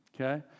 okay